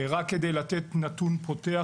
רק כדי לתת נתון פותח